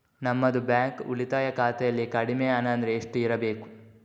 ನಮ್ಮದು ಬ್ಯಾಂಕ್ ಉಳಿತಾಯ ಖಾತೆಯಲ್ಲಿ ಕಡಿಮೆ ಹಣ ಅಂದ್ರೆ ಎಷ್ಟು ಇರಬೇಕು?